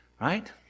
right